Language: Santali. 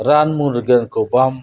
ᱨᱟᱱ ᱢᱩᱨᱜᱟᱹᱱ ᱠᱚ ᱵᱟᱢ